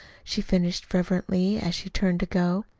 she finished fervently, as she turned to go.